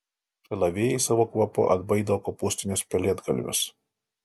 šalavijai savo kvapu atbaido kopūstinius pelėdgalvius